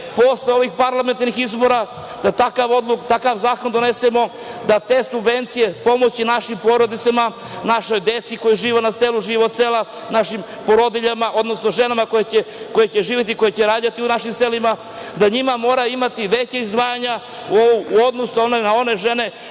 posle ovih parlamentarnih izbora, da takav zakon donesemo, da te subvencije, pomoći našim porodicama, našoj deci koja žive na selu, žive od sela, našim porodiljama, odnosno ženama koje će živeti, koje će rađati u našim selima, da za njih moramo imati veća izdvajanja u odnosu na one žene